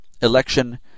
election